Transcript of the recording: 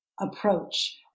approach